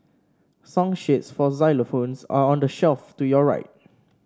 song sheets for xylophones are on the shelf to your right